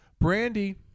Brandy